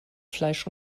fleisch